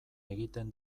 egiten